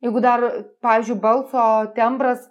jeigu dar pavyzdžiui balso tembras